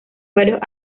varios